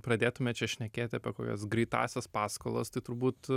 pradėtume čia šnekėti apie kokias greitąsias paskolas tai turbūt